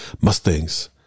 Mustangs